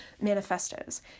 manifestos